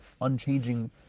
unchanging